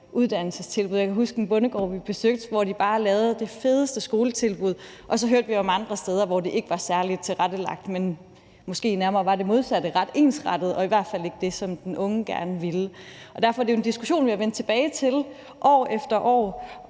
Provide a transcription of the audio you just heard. uddannelsestilbud. Jeg kan huske, vi besøgte en bondegård, hvor de bare lavede det fedeste skoletilbud, og så hørte vi om andre steder, hvor det ikke var særligt tilrettelagt, men måske var det modsatte, nemlig ret ensrettet og i hvert fald ikke det, som den unge gerne ville. Derfor er det jo en diskussion, vi er vendt tilbage til år efter år,